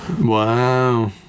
Wow